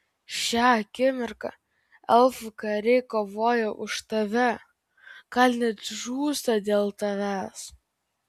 šią akimirką elfų kariai kovoja už tave gal net žūsta dėl tavęs